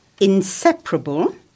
Inseparable